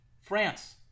France